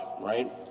right